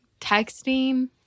texting